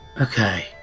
okay